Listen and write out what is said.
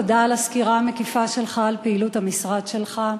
תודה על הסקירה המקיפה שלך על פעילות המשרד שלך.